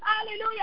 Hallelujah